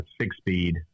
six-speed